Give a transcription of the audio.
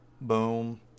Boom